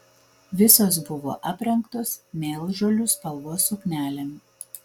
visos buvo aprengtos mėlžolių spalvos suknelėm